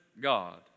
God